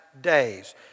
days